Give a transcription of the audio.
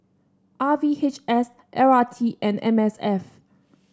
R V H S L R T and M S F